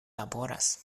laboras